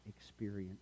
experience